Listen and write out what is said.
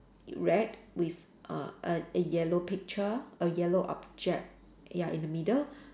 red with err a a yellow picture a yellow object ya in the middle